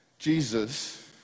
Jesus